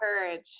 courage